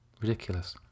ridiculous